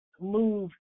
move